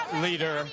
leader